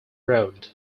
road